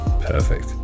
Perfect